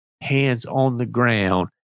hands-on-the-ground